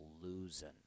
losing